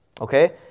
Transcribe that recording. Okay